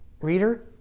reader